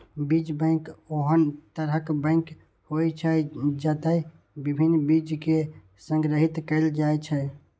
बीज बैंक ओहन तरहक बैंक होइ छै, जतय विभिन्न बीज कें संग्रहीत कैल जाइ छै